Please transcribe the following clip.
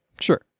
Sure